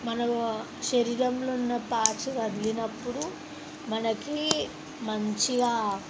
మన శరీరంలో ఉన్న పార్ట్స్ కదిలినప్పుడు మనకి మంచిగా